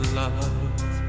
love